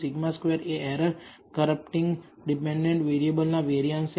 σ2 એ error corrupting dependent વેરીયેબલના variance છે